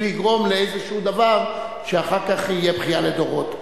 לגרום לאיזה דבר שאחר כך יהיה בכייה לדורות.